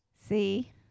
See